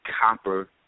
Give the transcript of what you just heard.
copper